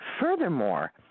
Furthermore